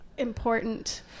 important